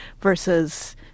versus